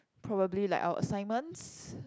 probably like our assignments